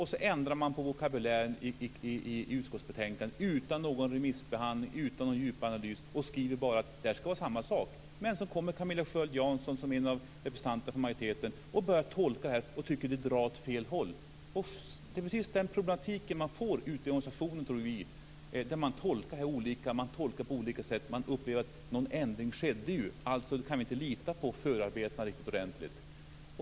Så ändrar man vokabulären i utskottsbetänkandet utan någon remissbehandling, utan någon djupare analys. Man skriver bara att det ska vara samma sak. Men så kommer Camilla Sköld Jansson som en representant för majoriteten och börjar tolka här och tycker att det drar år fel håll. Det är precis den problematik man får ute i organisationen, där man tolkar det här olika, tolkar på olika sätt. Man upplever att en ändring skedde ju, alltså kan vi inte lita på förarbetena riktigt ordentligt.